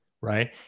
right